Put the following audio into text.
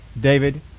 David